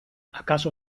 acaso